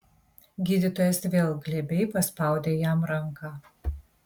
gydytojas vėl glebiai paspaudė jam ranką